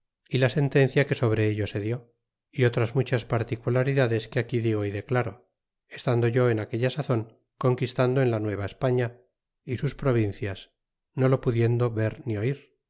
y la sentencia que sobre ello se dió y otras muchas particularidades que aquí digo y declaro estaar do yo en aquella sazon conquistando en la nuee va españa é sus provincias no lo pudiendo ver ni oh